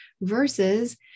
versus